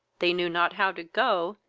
they knew not how to go,